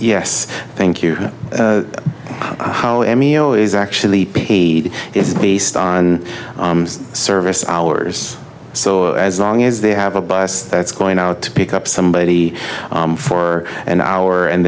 yes thank you how emil is actually paid is based on service hours so as long as they have a bus that's going out to pick up somebody for an hour and